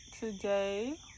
today